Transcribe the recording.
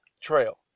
trail